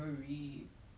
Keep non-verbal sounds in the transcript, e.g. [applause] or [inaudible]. your brands [noise]